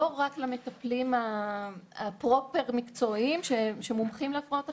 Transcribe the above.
לא רק למטפלים המקצועיים פרופר שמומחים בהפרעות אכילה,